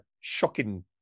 shocking